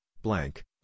blank